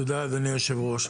תודה אדוני היושב ראש.